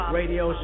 radio